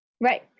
Right